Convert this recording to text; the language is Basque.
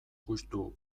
juxtu